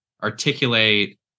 articulate